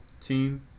team